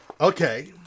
Okay